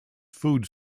food